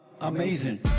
amazing